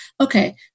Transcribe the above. Okay